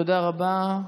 תודה רבה.